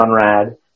Conrad